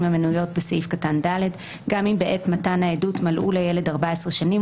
המנויות בסעיף קטן (ד) גם אם בעת מתן העדות מלאו לילד 14 שנים,